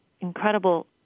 incredible